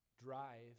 drive